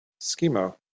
Schemo